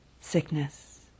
sickness